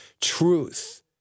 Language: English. truth